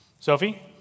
Sophie